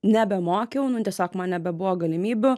nebemokiau nu tiesiog man nebebuvo galimybių